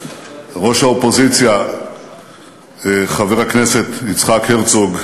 ראש האופוזיציה חבר הכנסת יצחק הרצוג,